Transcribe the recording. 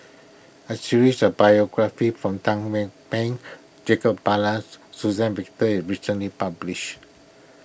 a series of biographies Teng Mah Beng Jacob Ballas Suzann Victor is recently published